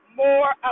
more